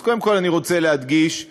אז קודם כול, אני רוצה להדגיש שאני,